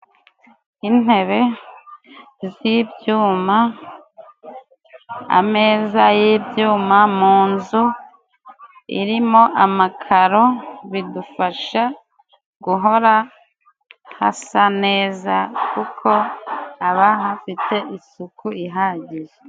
Intebe z'ibyuma, ameza y'ibyuma, mu nzu irimo amakaro bidufasha guhora hasa neza kuko haba hafite isuku ihagije.